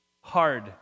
hard